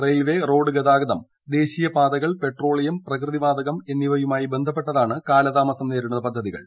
railway road ഗതാഗതം ദേശീയപാതകൾ പെട്രോളിയം പ്രകൃതിവാതകം എന്നിവയുമായി ബന്ധപ്പെട്ടതാണ് കാലതാമസം നേരിടുന്ന പദ്ധതികൾ